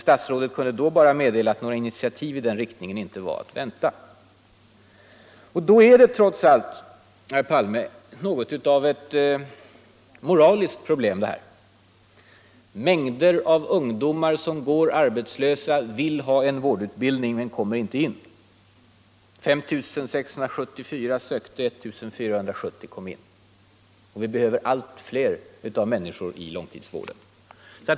Statsrådet kunde då bara meddela att några initiativ i den riktningen inte var att vänta. Det här är något av ett moraliskt problem. Mängder av ungdomar som går arbetslösa vill ha en vårdutbildning men kommer inte in. 5 674 sökte — 1 470 kom in. Och vi behöver allt fler människor i långtidsvården.